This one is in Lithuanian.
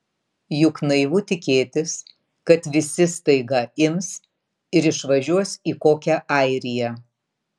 juk naivu tikėtis kad visi staiga ims ir išvažiuos į kokią airiją